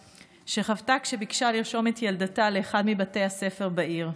שחוותה כשביקשה לרשום את ילדתה לאחד מבתי הספר בעיר.